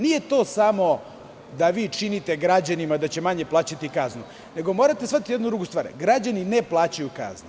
Nije to samo da vi činite građanima da će manje plaćati kaznu, nego morate shvatiti jednu drugu stvar – građani ne plaćaju kazne.